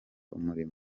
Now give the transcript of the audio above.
umurimo